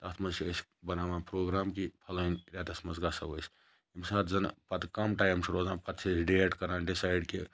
اَتھ مَنٛز چھِ أسۍ بَناوان پروگرام کہِ فَلٲنٛۍ ریٚتس مَنٛز گَژھو أسۍ ییٚمہِ ساتہٕ زَن پَتہٕ کَم ٹایم چھُ روزان پَتہٕ چھِ أسۍ ڈیٹ کَران ڈِسایِڈ کہِ